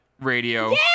Radio